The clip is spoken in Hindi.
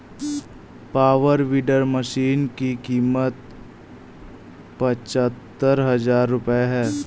पावर वीडर मशीन की कीमत पचहत्तर हजार रूपये है